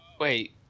wait